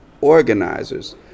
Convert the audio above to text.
organizers